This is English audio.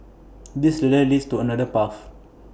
this ladder leads to another path